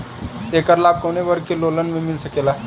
ऐकर लाभ काउने वर्ग के लोगन के मिल सकेला?